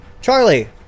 Charlie